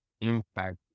impact